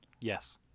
Yes